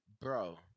Bro